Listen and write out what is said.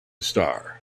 star